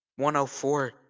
104